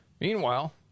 meanwhile